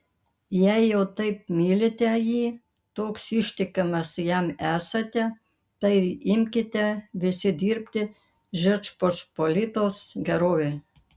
jei jau taip mylite jį toks ištikimas jam esate tai ir imkite visi dirbti žečpospolitos gerovei